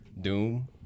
Doom